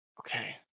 Okay